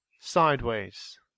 sideways